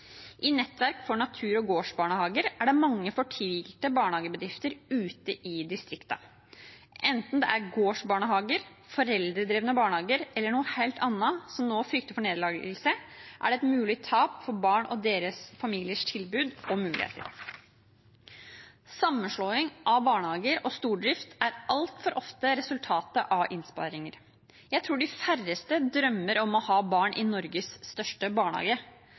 I Nettverk for natur- og gårdsbarnehager er det mange fortvilte barnehagebedrifter ute i distriktene. Enten det er gårdsbarnehager, foreldredrevne barnehager eller noe helt annet som nå frykter for nedleggelse, er det et mulig tap for barna og deres familiers tilbud og muligheter. Sammenslåing av barnehager og stordrift er altfor ofte resultatet av innsparinger. Jeg tror de færreste drømmer om å ha barn i Norges største barnehage.